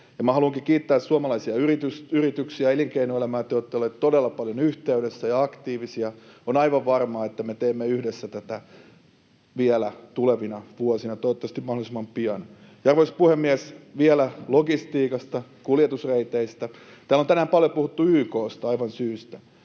Haluankin kiittää suomalaisia yrityksiä ja elinkeinoelämää — te olette olleet todella paljon yhteydessä ja aktiivisia. On aivan varma, että me teemme yhdessä tätä vielä tulevina vuosina, toivottavasti mahdollisimman pian. Arvoisa puhemies! Vielä logistiikasta, kuljetusreiteistä: Täällä on tänään paljon puhuttu YK:sta,